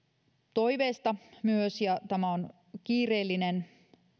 toiveesta ja tämä on kiireellinen